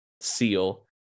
seal